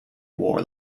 war